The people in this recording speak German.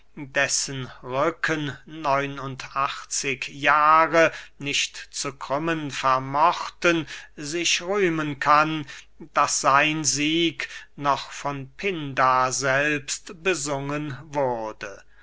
dessen rücken neun und achtzig jahre nicht zu krümmen vermochten sich rühmen kann daß sein sieg noch von pindar selbst besungen wurde